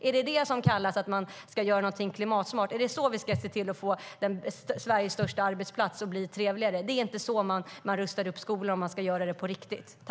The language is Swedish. Är det detta som kallas för att göra någonting klimatsmart? Är det så vi ska se till att få Sveriges största arbetsplats att bli trevligare? Det är inte så man rustar upp skolor om man ska göra det på riktigt.